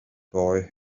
boy